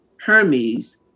Hermes